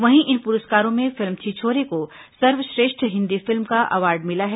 वहीं इन पुरस्कारों में फिल्म छिछोरे को सर्वश्रेष्ठ हिन्दी फिल्म का अवॉर्ड मिला है